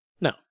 No